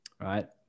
Right